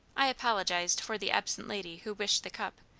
i apologized for the absent lady who wished the cup,